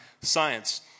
science